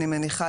אני מניחה,